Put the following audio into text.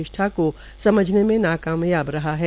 निष्ठज्ञ को समझते में नाकामयाब रहा है